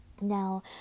Now